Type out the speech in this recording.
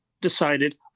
decided